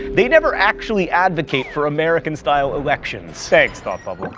they never actually advocate for american-style elections. thanks, thought bubble. and